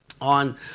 on